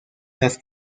las